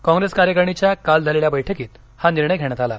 कॉप्रेस कार्यकारिणीच्या काल झालेल्या बैठकीत हा निर्णय घेण्यात आला